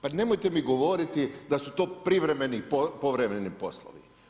Pa nemojte mi govoriti da su to privremeni i povremeni poslovi.